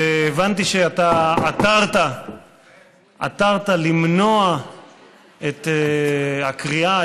והבנתי שאתה עתרת למנוע את הקריאה,